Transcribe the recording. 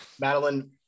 Madeline